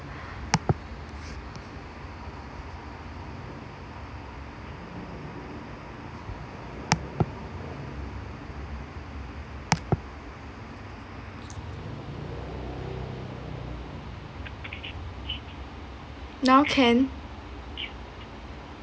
now can